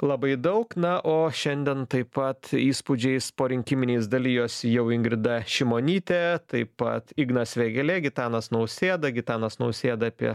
labai daug na o šiandien taip pat įspūdžiais porinkiminiais dalijosi jau ingrida šimonytė taip pat ignas vėgėlė gitanas nausėda gitanas nausėda apie